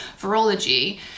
virology